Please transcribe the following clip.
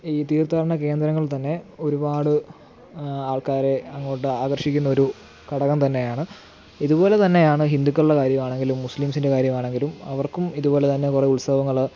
ഈ തീർത്ഥാടനകേന്ദ്രങ്ങൾ തന്നെ ഒരുപാട് ആൾക്കാരെ അങ്ങോട്ട് ആകർഷിക്കുന്ന ഒരു ഘടകം തന്നെയാണ് ഇതുപോലെ തന്നെയാണ് ഹിന്ദുക്കളുടെ കാര്യമാണെങ്കിലും മുസ്ലീംസിൻ്റെ കാര്യമാണെങ്കിലും അവർക്കും ഇതുപോലെ തന്നെ കുറേ ഉത്സവങ്ങൾ